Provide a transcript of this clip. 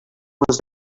was